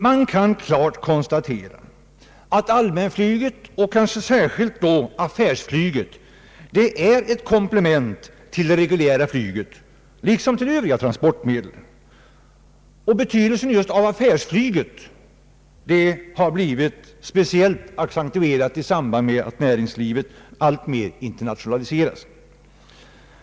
Man kan klart konstatera att allmänflyget och kanske särskilt affärsflyget är ett komplement till det reguljära flyget liksom till övriga transportmedel. Betydelsen av just affärsflyget har blivit speciellt accentuerad i samband med att näringslivet alltmer internationaliseras.